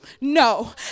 No